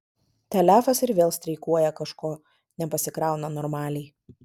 telefas ir vėl streikuoja kažko nepasikrauna normaliai